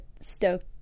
stoked